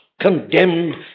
condemned